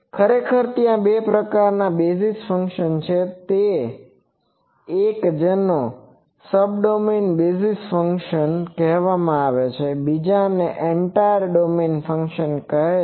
ખરેખર ત્યાં બે પ્રકારનાં બેઝીસ ફંક્શન છે એક જેને સબડોમેઇન બેઝીઝ ફંક્શન કહેવામાં આવે છે બીજાને એન્ટાયર ડોમેઈન ફંક્શન કહે છે